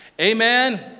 amen